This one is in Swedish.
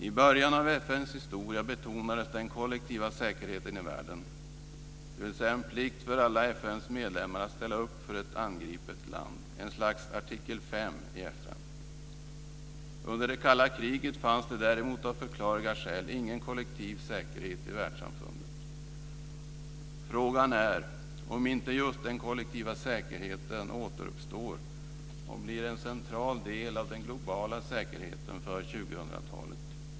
I början av FN:s historia betonades den kollektiva säkerheten i världen, dvs. en plikt för alla FN:s medlemmar att ställa upp för ett angripet land - ett slags artikel 5 i FN. Under det kalla kriget fanns det däremot av förklarliga skäl ingen kollektiv säkerhet i världssamfundet. Frågan är om inte just den kollektiva säkerheten återuppstår och blir en central del av den globala säkerheten för 2000-talet.